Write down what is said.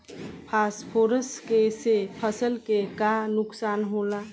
Phosphorus के से फसल के का नुकसान होला?